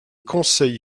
conseils